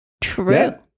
True